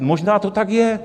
Možná to tak je.